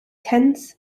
tents